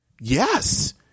Yes